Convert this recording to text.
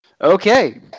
Okay